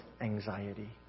anxiety